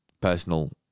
personal